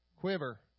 quiver